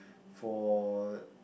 for